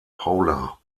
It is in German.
paula